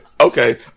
okay